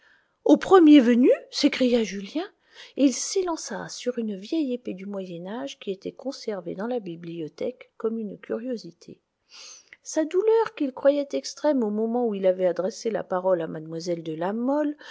au premier venu s'écria julien et il s'élança sur une vieille épée du moyen âge qui était conservée dans la bibliothèque comme une curiosité sa douleur qu'il croyait extrême au moment où il avait adressé la parole à mlle de la mole